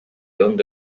onde